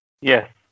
yes